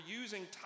using